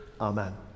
amen